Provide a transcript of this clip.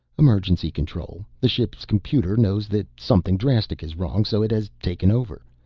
emergency control. the ship's computer knows that something drastic is wrong, so it has taken over.